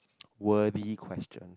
wordy question